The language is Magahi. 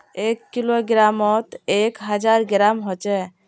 एक किलोग्रमोत एक हजार ग्राम होचे